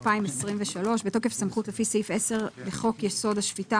התשפ"ג-2023 בתוקף הסמכות לפי סעיף 10 לחוק-יסוד: השפיטה,